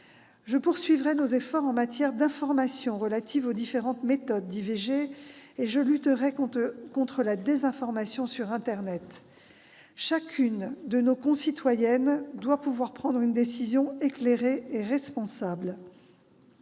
Je poursuivrai nos efforts en matière d'information relative aux différentes méthodes d'IVG, et je lutterai contre la désinformation sur internet. Chacune de nos concitoyennes doit pouvoir prendre une décision éclairée et responsable.